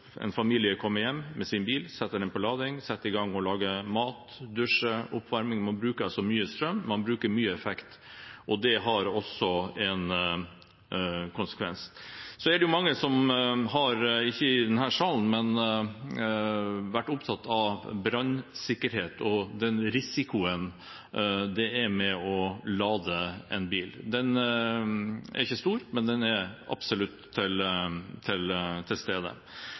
en familie kommer hjem med sin bil, setter den på lading, setter i gang med å lage mat, dusje og varme opp. Man bruker altså mye strøm, man bruker mye effekt, og det er også en konsekvens. Mange har – ikke i denne sal – vært opptatt av brannsikkerhet og den risiko det er å lade en bil. Den er ikke stor, men den er absolutt til